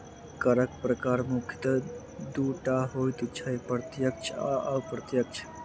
करक प्रकार मुख्यतः दू टा होइत छै, प्रत्यक्ष आ अप्रत्यक्ष